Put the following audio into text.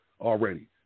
already